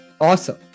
Awesome